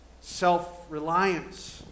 self-reliance